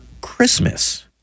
Christmas